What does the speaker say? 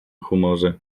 humorze